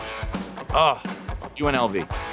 UNLV